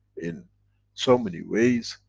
in so many ways,